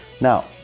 now